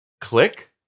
click